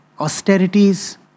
austerities